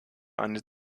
eine